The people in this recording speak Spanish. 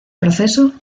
proceso